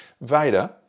Vader